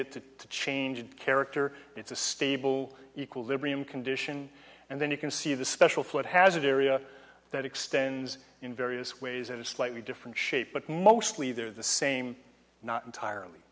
to to change character it's a stable equilibrium condition and then you can see the special flood hazard area that extends in various ways in a slightly different shape but mostly they're the same not entirely